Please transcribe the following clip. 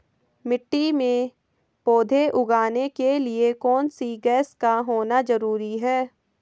मिट्टी में पौधे उगाने के लिए कौन सी गैस का होना जरूरी है?